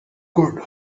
could